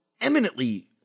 eminently